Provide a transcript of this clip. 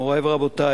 מורי ורבותי,